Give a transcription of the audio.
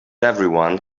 everyone